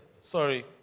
Sorry